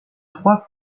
trois